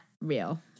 real